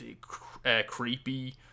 creepy